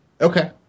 Okay